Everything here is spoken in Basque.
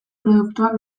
produktuak